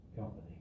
company